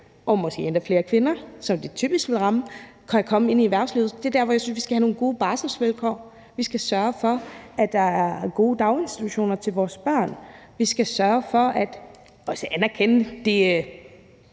og måske endda flere kvinder, som det typisk vil ramme, kan komme ind i erhvervslivet, skal have nogle gode barselsvilkår. Vi skal sørge for, at der er gode daginstitutioner til vores børn, og vi skal også anerkende den